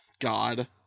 God